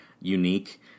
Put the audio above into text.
unique